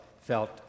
felt